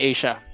Asia